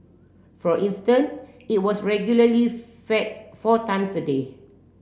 for instance it was regularly fed four times a day